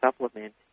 supplement